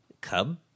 Cub